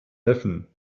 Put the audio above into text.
neffen